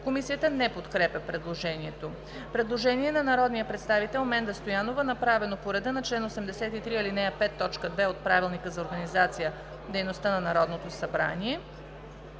Комисията не подкрепя предложението. Предложение на народния представител Менда Стоянова, направено по реда на чл. 83, ал. 5, т. 2 от Правилника за организацията и дейността на Народното събрание.